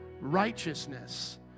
righteousness